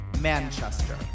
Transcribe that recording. Manchester